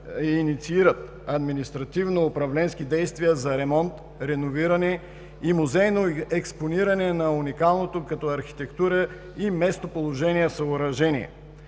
инициират административно-управленски действия за ремонт, реновиране и музейно експониране на уникалното като архитектура и местоположение съоръжение.